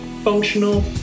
functional